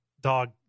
dog